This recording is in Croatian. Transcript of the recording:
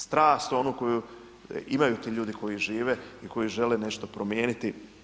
Strast onu koju imaju ti ljudi koji žive i koji žele nešto promijeniti.